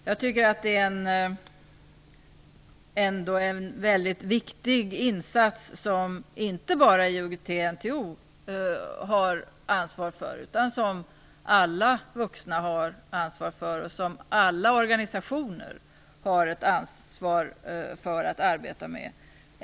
Jag tycker ändå att detta är en väldigt viktig insats som inte bara IOGT-NTO har ansvar för, utan som alla vuxna och alla organisationer har ett ansvar för att arbeta med.